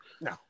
No